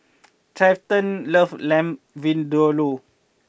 Trenten loves Lamb Vindaloo